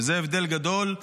וזה הבדל גדול.